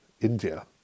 India